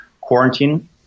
quarantine